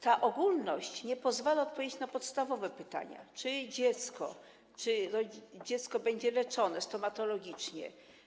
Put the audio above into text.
Ta ogólność nie pozwala odpowiedzieć na podstawowe pytania: Czy dziecko będzie leczone stomatologicznie?